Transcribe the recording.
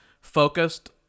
focused